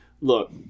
look